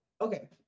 okay